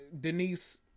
Denise